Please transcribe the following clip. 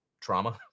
trauma